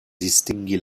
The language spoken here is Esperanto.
distingi